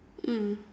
mm